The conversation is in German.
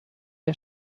der